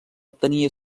tenia